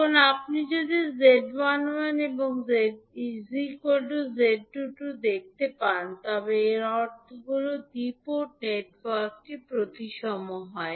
এখন যদি আপনি 𝐳11 𝐳22 দেখতে পান তবে এর অর্থ হল দ্বি পোর্ট নেটওয়ার্কটি প্রতিসম হয়